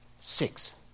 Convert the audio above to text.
six